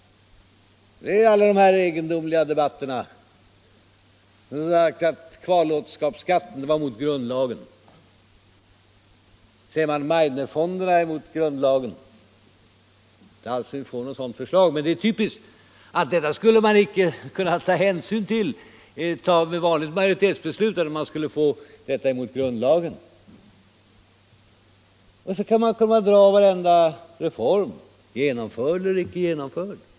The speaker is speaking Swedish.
Det är alla egendomliga debatter, t.ex. den om att kvarlåtenskapsskatten stred mot grundlagen och sedan att Meidnerfonderna var mot grundlagen, även om det inte alls är säkert att vi får något förslag om sådana fonder. Det är typiskt att man inte skulle ta hänsyn till detta. Skulle vi ta ett vanligt majoritetsbeslut eller skulle vi ta detta mot grundlagen? Så kan man dra varenda reform, genomförd eller icke genomförd.